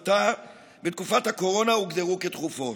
בתקופת הקורונה הוגדרו כדחופות.